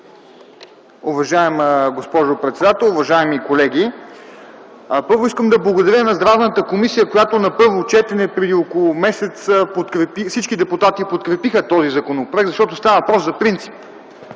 Уважаема госпожо председател, уважаеми колеги! Първо, искам да благодаря на Здравната комисия, която на първо четене, преди около месец, всички депутати подкрепиха този законопроект, защото става въпрос за принцип.